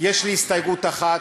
יש לי הסתייגויות אחת,